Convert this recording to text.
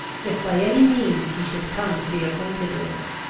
if by any means he should come to be acquainted with it.